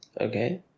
okay